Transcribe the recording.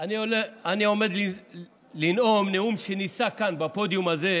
אני עומד לנאום נאום שנישא כאן, בפודיום הזה,